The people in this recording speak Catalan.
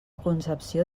concepció